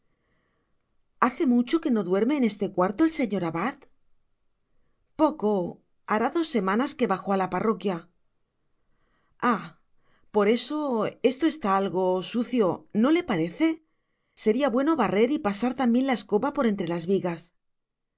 hace mucho que no duerme en este cuarto el señor abad poco hará dos semanas que bajó a la parroquia ah por eso esto está algo sucio no le parece sería bueno barrer y pasar también la escoba por entre las vigas